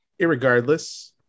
Irregardless